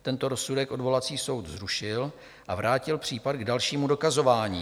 Tento rozsudek odvolací soud zrušil a vrátil případ k dalšímu dokazování.